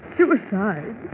suicide